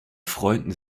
freunden